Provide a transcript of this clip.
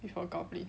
before goblin